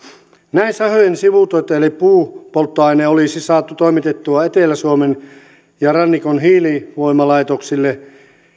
näin sahojen sivutuotto eli puupolttoaine olisi saatu toimitettua etelä suomen ja rannikon hiilivoimalaitoksille